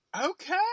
okay